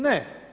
Ne.